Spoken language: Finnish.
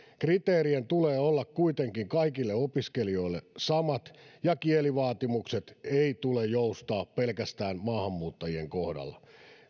kriteerien tulee olla kuitenkin kaikille opiskelijoille samat ja kielivaatimusten ei tule joustaa pelkästään maahanmuuttajien kohdalla